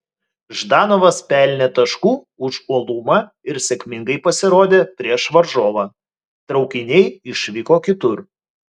ždanovas pelnė taškų už uolumą ir sėkmingai pasirodė prieš varžovą traukiniai išvyko kitur